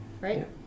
Right